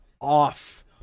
off